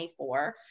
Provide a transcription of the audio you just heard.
24